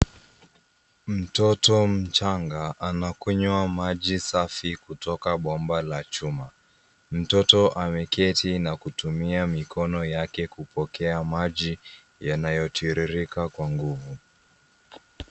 Mtoto mchanga anakunywa maji safi kutoka bomba la chuma. Mtoto ameketi na kutumia mikono yake kupokea maji yanayotiririka kwa nguvu.